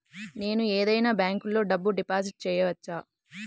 నేను ఏదైనా బ్యాంక్లో డబ్బు డిపాజిట్ చేయవచ్చా?